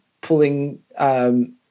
pulling